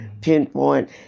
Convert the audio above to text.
pinpoint